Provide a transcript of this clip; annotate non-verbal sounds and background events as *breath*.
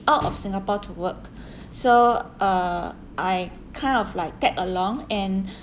out of singapore to work *breath* so uh I kind of like tag along and *breath*